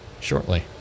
Shortly